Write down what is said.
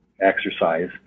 exercise